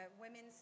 women's